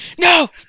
No